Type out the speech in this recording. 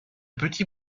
petit